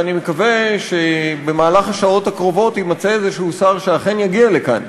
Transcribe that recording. ואני מקווה שבמהלך השעות הקרובות יימצא איזשהו שר שאכן יגיע לכאן,